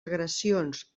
agressions